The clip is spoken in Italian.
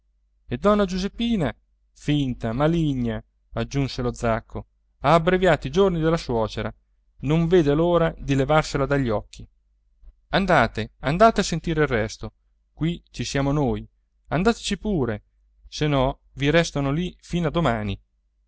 e donna giuseppina finta maligna aggiunse la zacco ha abbreviato i giorni della suocera non vede l'ora di levarsela dagli occhi andate andate a sentire il resto qui ci siamo noi andateci pure se no vi restano lì fino a domani